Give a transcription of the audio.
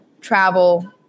travel